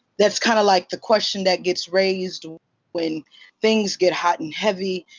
that's kind of like the question that gets raised when things get hot and heavy.